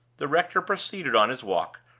the rector proceeded on his walk,